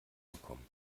bekommen